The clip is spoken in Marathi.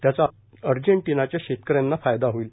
त्याचा अर्जेंटिनाच्या शेतकऱ्यांना फायदा होईल